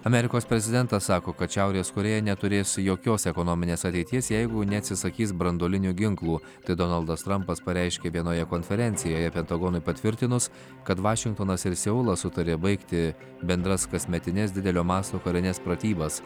amerikos prezidentas sako kad šiaurės korėja neturės jokios ekonominės ateities jeigu neatsisakys branduolinių ginklų tai donaldas trampas pareiškė vienoje konferencijoje pentagonui patvirtinus kad vašingtonas ir seulas sutarė baigti bendras kasmetines didelio masto karines pratybas